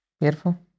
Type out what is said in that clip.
Beautiful